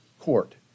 court